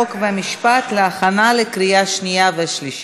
חוק ומשפט להכנה לקריאה שנייה ושלישית.